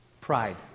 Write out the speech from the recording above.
Pride